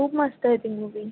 खूप मस्त आहे ती मुवी